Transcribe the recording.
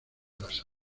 las